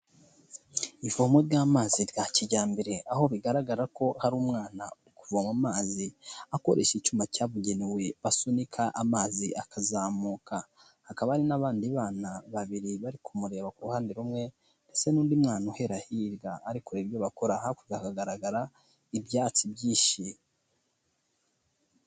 Ivomo ry'amazi rya kijyambere. aho bigaragara ko hari umwana uri kuvoma amazi akoresha icyuma cyabugenewe basunika amazi akazamuka, hakaba hari n'abandi bana babiri bari kumureba ku ruhande rumwe ndetse n'undi mwana uhera hirya ari kureba ibyo bakora, hakurya hagaragara ibyatsi byishi.